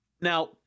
Now